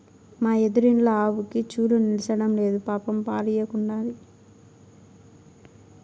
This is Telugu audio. మా ఎదురిండ్ల ఆవుకి చూలు నిల్సడంలేదు పాపం పాలియ్యకుండాది